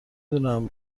دونم